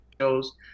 shows